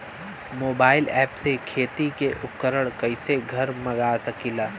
Mobile ऐपसे खेती के उपकरण कइसे घर मगा सकीला?